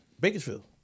Bakersfield